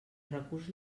recurs